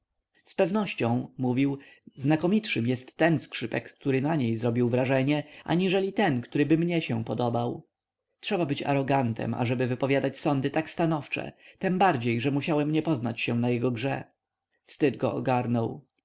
izabeli zpewnością mówił znakomitszym jest ten skrzypek który na niej zrobi wrażenie aniżeli ten któryby mnie się podobał trzeba być arogantem ażeby wypowiadać sądy tak stanowcze tembardziej że musiałem nie poznać się na jego grze wstyd go ogarnął